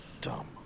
Dumb